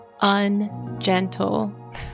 ungentle